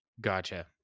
Gotcha